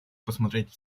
посмотреть